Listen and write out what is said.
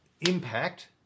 impact